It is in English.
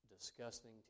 disgusting